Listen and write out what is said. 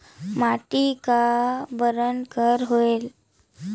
माटी का बरन कर होयल?